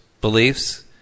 beliefs